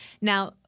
Now